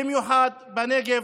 במיוחד בנגב,